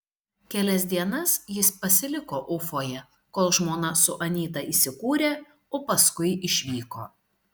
kelias dienas jis pasiliko ufoje kol žmona su anyta įsikūrė o paskui išvyko